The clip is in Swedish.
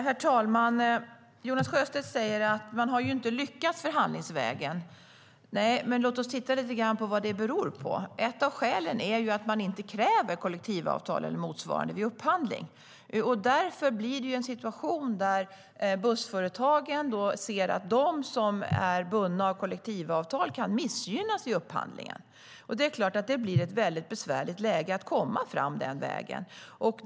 Herr talman! Jonas Sjöstedt säger att man inte har lyckats förhandlingsvägen. Låt oss titta lite grann på vad det beror på. Ett av skälen är ju att man inte kräver kollektivavtal eller motsvarande vid upphandling, och därför blir det en situation där bussföretagen ser att de som är bundna av kollektivavtal kan missgynnas vid upphandlingar. Det är klart att det blir väldigt besvärligt att komma fram den vägen.